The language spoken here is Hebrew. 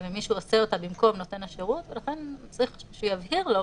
ומי שעושה אותה במקום נותן השירות צריך להבהיר לו,